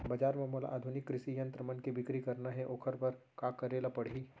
बजार म मोला आधुनिक कृषि यंत्र मन के बिक्री करना हे ओखर बर का करे ल पड़ही?